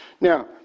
Now